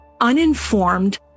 uninformed